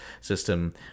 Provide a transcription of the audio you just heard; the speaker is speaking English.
system